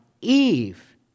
Eve